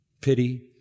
pity